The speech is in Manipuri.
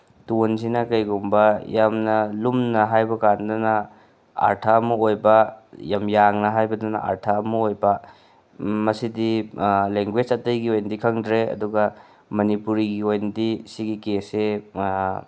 ꯇꯣꯟꯁꯤꯅ ꯀꯩꯒꯨꯝꯕ ꯌꯥꯝꯅ ꯂꯨꯝꯅ ꯍꯥꯏꯕ ꯀꯥꯟꯗꯅ ꯑꯥꯔꯊ ꯑꯃ ꯑꯣꯏꯕ ꯌꯥꯝꯅ ꯌꯥꯡꯅ ꯍꯥꯏꯕꯗ ꯑꯥꯔꯊ ꯑꯃ ꯑꯣꯏꯕ ꯃꯁꯤꯗꯤ ꯂꯦꯡꯒ꯭ꯋꯣꯏꯖ ꯑꯃꯒꯤꯗꯤ ꯈꯪꯗ꯭ꯔꯦ ꯑꯗꯨꯒ ꯃꯅꯤꯄꯨꯔꯤꯒꯤ ꯑꯣꯏꯅꯗꯤ ꯁꯤꯒꯤ ꯀꯦꯁꯁꯤ